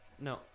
No